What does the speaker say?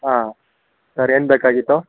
ಹಾಂ ಸರ್ ಏನು ಬೇಕಾಗಿತ್ತು